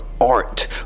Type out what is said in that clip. art